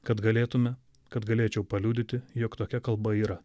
kad galėtume kad galėčiau paliudyti jog tokia kalba yra